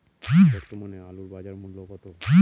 বর্তমানে আলুর বাজার মূল্য কত?